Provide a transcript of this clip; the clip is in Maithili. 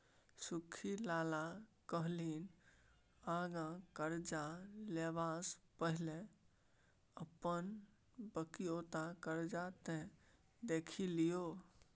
सुख्खी लाला कहलनि आँगा करजा लेबासँ पहिने अपन बकिऔता करजा त देखि लियौ